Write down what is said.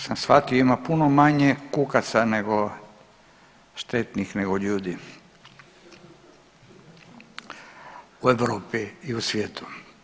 Koliko sam shvatio ima puno manje kukaca nego, štetnih, nego ljudi u Europi i u svijetu.